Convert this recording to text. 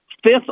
fifth